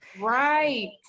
Right